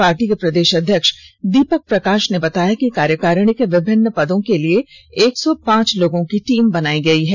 party के प्रदेश अध्यक्ष दीपक प्रकाश ने बताया कि कार्यकारिणी के विभिन्न पदों के लिए एक सौ पांच लोगों की टीम बनाई गई है